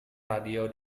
radio